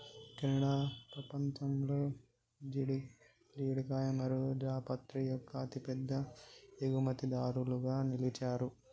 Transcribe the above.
Canada పపంచంలో జీడికాయ మరియు జాపత్రి యొక్క అతిపెద్ద ఎగుమతిదారులుగా నిలిచారు